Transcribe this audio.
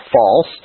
false